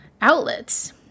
outlets